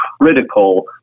critical